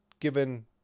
Given